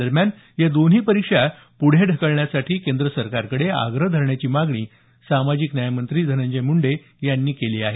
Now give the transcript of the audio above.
दरम्यान या दोन्ही परीक्षा पुढे ढकलण्यासाठी केंद्र सरकारकडे आग्रह धरण्याची मागणी सामाजिक न्याय मंत्री धनंजय मुंडे यांनी केली आहे